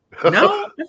No